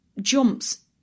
jumps